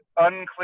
unclear